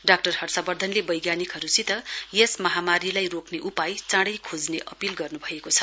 doctor हर्षवर्धनले वैज्ञानिकहरुसित यस महामारीलाई रोक्ने उपाय चाँडै खोज्ने अपील गर्नुभएको छ